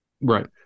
Right